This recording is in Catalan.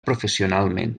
professionalment